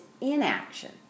inaction